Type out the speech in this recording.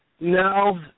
No